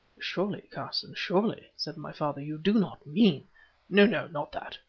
surely, carson, surely, said my father, you do not mean no, no not that.